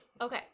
Okay